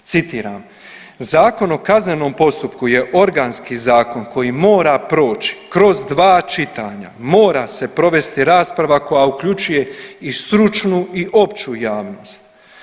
Citiram, Zakon o kaznenom postupku je organski zakon koji mora proći kroz dva čitanja, mora se provesti rasprava koja uključuje i stručnu i opću javnost.